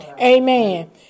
Amen